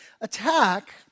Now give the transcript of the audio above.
attack